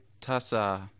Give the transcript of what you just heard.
tasa